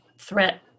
threat